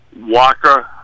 walker